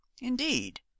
indeed